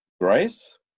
Grace